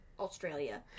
Australia